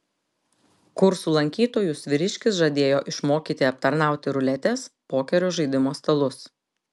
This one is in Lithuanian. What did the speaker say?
kursų lankytojus vyriškis žadėjo išmokyti aptarnauti ruletės pokerio žaidimo stalus